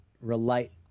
relate